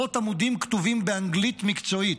עשרות עמודים כתובים באנגלית מקצועית,